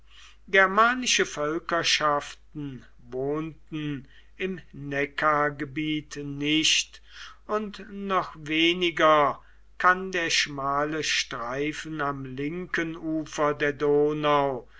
germanische völkerschaften wohnten im neckargebiet nicht und noch weniger kann der schmale streifen am linken ufer der donau